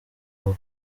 aho